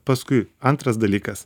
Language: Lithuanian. paskui antras dalykas